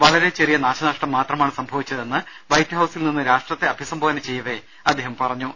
വളരെ ചെറിയ നാശനഷ്ടം മാത്രമാണ് സംഭവിച്ചതെന്ന് വൈറ്റ് ഹൌസിൽ നിന്ന് രാഷ്ട്രത്തെ അഭിസംബോധന ചെയ്യവെ അദ്ദേഹം പറഞ്ഞു